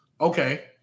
okay